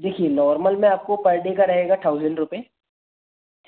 देखिए नॉर्मल में आपको पर डे का रहेगा थाउज़ेंड रूपये